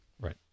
Right